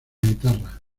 guitarra